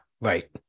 Right